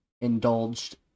indulged